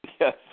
Yes